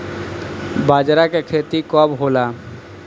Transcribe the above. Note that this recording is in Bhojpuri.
बजरा के खेती कब होला?